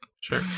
Sure